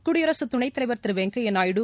குடியரசு துணைத்தலைவர் திரு வெங்கையா நாயுடு